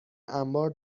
انبار